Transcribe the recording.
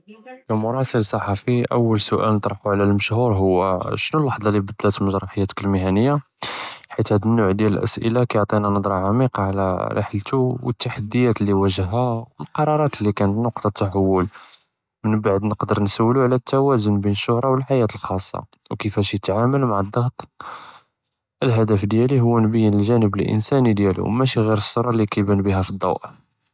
כְּמֻראסִל צַחַפִי אַוַּל כּנִטרח עלא אלמשְהוּר הוא شنֻו לַחְצַה לִבְּדְּלַת מַגְ׳רַא חְיַאתְכּ לִמִהְנִיָּה, בחִית האד סוּאַל יַעְטִי נַצְרַה עַמִיקַה עלא רִחְלתו ותַחַדִיַאת לִוַאגְ'הַא, ולִקַּרַאראת לִכַּאנֶת נֻקְטַה תַחַוּל, מִנְבּעְד נְקְדֶר נְשוּפוּ עלא תַוַאזֶן בּין שֻהְרַה וּלְחְיַאה לִחַ'אסַה וכִּיפַאש יִתְעַאמֶל מַע דַּעְט, לִהְדַף דִיַאלִי הוא נְבִּיַן לגַ'אנֶבּ אלִאנְסַאנִי דִיַאלו, משי כַּצְּרַה לִי יִבַּאן פִיהַא פְדוּ.